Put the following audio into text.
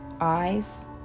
eyes